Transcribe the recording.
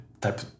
type